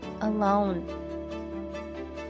alone